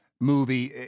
movie